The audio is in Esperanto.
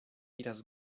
iras